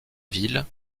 ville